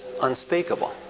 unspeakable